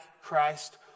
Christ